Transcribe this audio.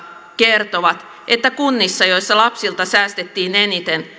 kertovat että kunnissa joissa lapsilta säästettiin eniten